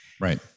right